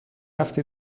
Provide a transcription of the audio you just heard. هفته